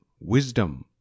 Wisdom